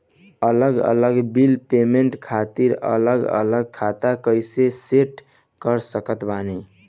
अलग अलग bill payment खातिर अलग अलग खाता कइसे सेट कर सकत बानी?